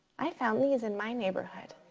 i found these in my neighborhood.